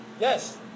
Yes